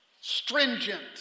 stringent